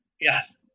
Yes